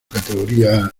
categorías